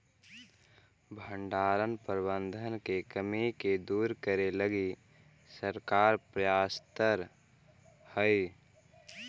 भण्डारण प्रबंधन के कमी के दूर करे लगी सरकार प्रयासतर हइ